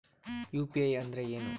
UPI ಅಂದ್ರೆ ಏನು?